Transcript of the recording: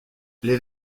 les